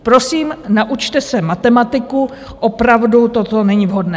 Prosím, naučte se matematiku, opravdu to není vhodné.